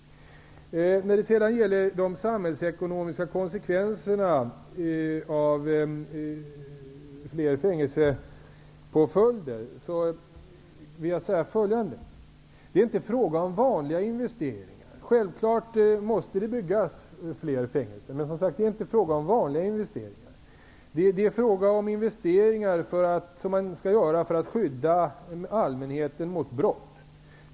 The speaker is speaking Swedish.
När det sedan gäller de samhällsekonomiska konsekvenserna av fler fängelsepåföljder vill jag säga följande: Det är inte fråga om vanliga investeringar. Självfallet måste det byggas fler fängelser. Men det är som sagt inte fråga om vanliga investeringer, det är fråga om investeringar som man skall göra för att skydda allmänheten mot brott.